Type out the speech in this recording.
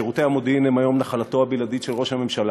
שירותי המודיעין הם היום נחלתו הבלעדית של ראש הממשלה,